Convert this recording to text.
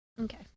okay